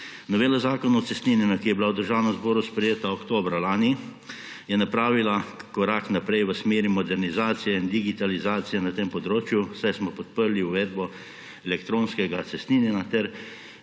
Novela Zakona o cestninjenju, ki je bila v Državnem zboru sprejeta oktobra lani, je napravila korak naprej v smeri modernizacije in digitalizacije na tem področju, saj smo podprli uvedbo elektronskega cestninjenja ter